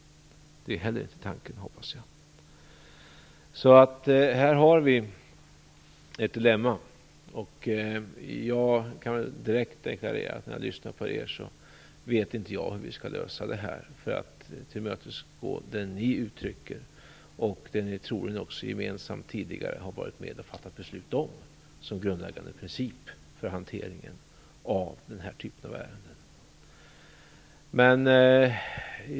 Det är heller inte tanken, hoppas jag. Här har vi ett dilemma. Jag kan direkt deklarera när jag har lyssnat på er att jag inte vet hur vi skall lösa detta för att tillmötesgå det ni uttrycker. Ni har troligen också gemensamt varit med om att fatta beslut om den grundläggande principen för hanteringen av den här typen av ärenden.